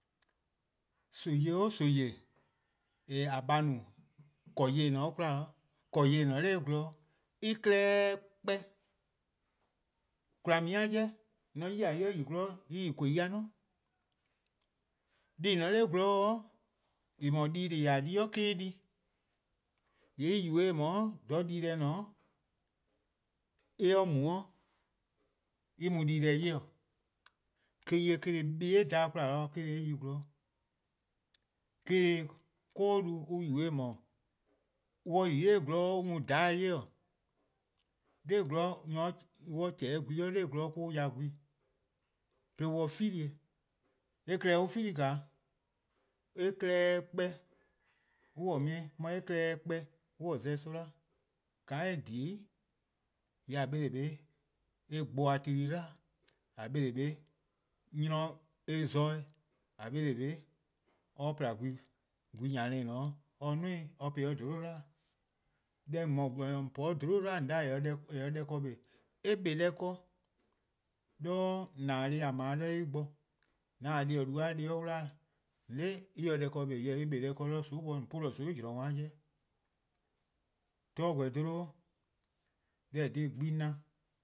Nimi 'o nimi :a :baa' no-a, :korn :yeh :en :ne-a 'de 'kwla-:, :korn :yeh :en 'nor :gwlor-:, en klehkpeh, :kwla'un+-a 'jeh, :mor :on 'ye-ih en yi gwlor :yee' en :yi :kei dih dhorn 'da. Deh+ :en :ne-a 'nor :gwlor :en no-a dii-deh+ :a di-a me-: en di, :yee' en yubo-eh :eh :mor 'dha dii-deh :ne-a mor en mu 'de en mu dii-deh 'ye-'. Eh-: :korn dhih bibi' dhan 'de 'kwla dih eh yi :gwlor, eh-: korn dhih 'koko-du on yubo-eh :eh mor :mor on yi 'nor :gwlor an mu 'dheh 'ye-'. 'Nor :gwlor, :mor on 'chehn gwehn 'nor gwlor an ya gwehn 'de an 'file-eh, eh klehkpeh :mor on 'file-eh, eh klehkpeh an 'beh-eh 'de mor eh :se-eh klehkpeh an-' :za-eh soma', :ka eh :dhie:-a 'i, :yee' neh-a gboba dih tu+ 'dlu+ dih, :nee' eh 'zorn-', :nee' :mor or pla gwehn, gwehn-yan-dih :dao' or 'duo-ih or po-ih 'o :zolo' 'dlu. Deh :mor :gwlor-nyor :on po-a 'o :zolo' 'dlu :on 'da :eh se-a deh keh kpa, eh deh ken 'do :nena: deh+ :a 'ble-a 'do en bo. :mor :on taa dih du :mor dih 'wla-dih :yee' :on 'de en se deh ken kpa, en kpa deh ken 'do :soon' bo :on 'puh dih :soon' 'weh 'do 'we-eh :dao' bo. :mor glu gor dholo-', deh :eh :korn-a dhih 'de gbe+-a na-',